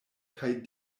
kaj